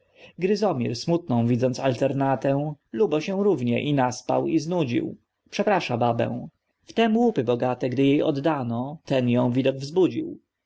gryzomir smutną widząc alternatę lubo się równie i naspał i znudził przeprasza babę wtem łupy bogate gdy jej oddano ten ją widok wzbudził